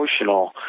emotional